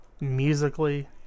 musically